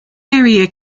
area